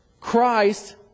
Christ